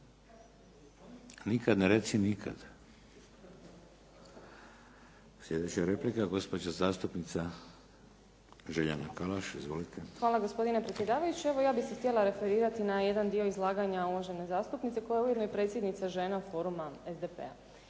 Nikad ne reci nikad. Sljedeća replika, gospođa zastupnica Željana Kalaš. Izvolite. **Podrug, Željana (HDZ)** Hvala gospodine predsjedavajući. Evo, ja bih se htjela referirati na jedan dio izlaganja uvažene zastupnice koja je ujedno i predsjednica Žena foruma SDP-a.